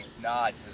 nod